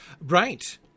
Right